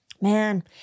man